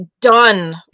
done